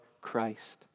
Christ